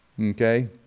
Okay